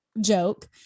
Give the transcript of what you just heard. joke